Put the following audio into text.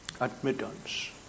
admittance